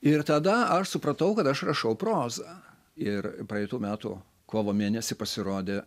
ir tada aš supratau kad aš rašau prozą ir praeitų metų kovo mėnesį pasirodė